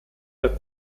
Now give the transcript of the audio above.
der